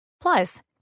Plus